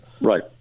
Right